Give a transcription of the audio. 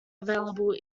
available